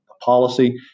policy